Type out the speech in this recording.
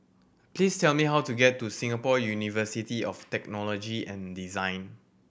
please tell me how to get to Singapore University of Technology and Design